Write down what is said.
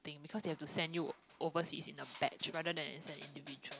cause they have to send you overseas in a fledge rather than send you individually